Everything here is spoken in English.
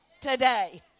today